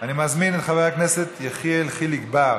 אני מזמין את חבר הכנסת יחיאל חיליק בר,